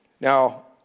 Now